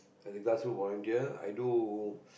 as a glass food volunteer i do